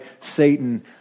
Satan